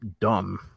dumb